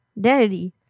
Daddy